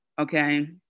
Okay